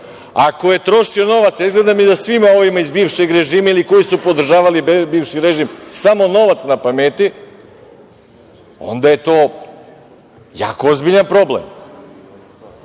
Ako je trošio novac, a izgleda mi da svima ovima iz bivšeg režima ili koji su podržavali bivši režim samo novac na pameti onda je to jako ozbiljan problem.